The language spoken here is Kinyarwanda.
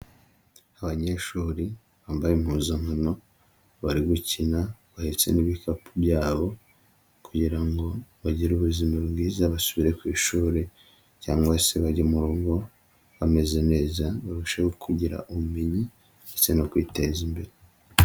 Abanyeshuri bambaye impuzankano bari gukina bahetse n'ibikapu byabo kugira ngo bagire ubuzima bwiza basubire ku ishuri cyangwa se bari mu rugo bameze neza barusheho kugira ubumenyi ndetse no kwiteza imbere.